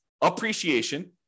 appreciation